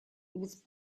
was